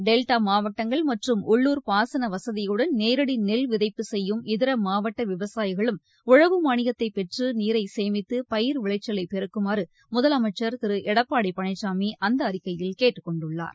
delta மாவட்டங்கள் மற்றும் உள்ளுர் பாசன வசதியுடன் நேரடி நெல் விதைப்பு செய்யும் இதர மாவட்ட விவசாயிகளும் உழவு மாளியத்தை பெற்று நீரை சேமித்து பயிர் விளைச்சலை பெருக்குமாறு முதலமைச்சர் திரு எடப்பாடி பழனிசாமி அந்த அறிக்கையில் கேட்டுக்கொண்டுள்ளார்